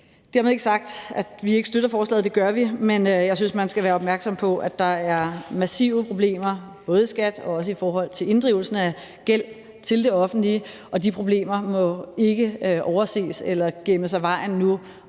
Dermed ikke sagt, at vi ikke støtter forslaget – det gør vi – men jeg synes, at man skal være opmærksom på, at der er massive problemer, både i skattevæsenet og også i forhold til inddrivelsen af gæld til det offentlige, og de problemer må ikke overses eller gemmes af vejen nu,